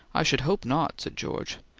i should hope not! said george.